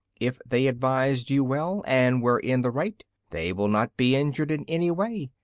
if they advised you well, and were in the right, they will not be injured in any way.